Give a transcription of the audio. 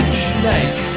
snake